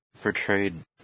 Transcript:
portrayed